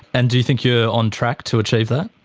and do you think you're on track to achieve that?